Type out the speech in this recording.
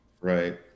Right